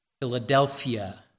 Philadelphia